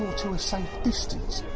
to a safe distance,